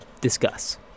Discuss